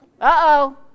Uh-oh